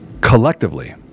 collectively